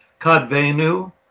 Kadvenu